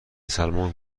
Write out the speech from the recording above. سلمان